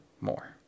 more